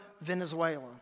Venezuela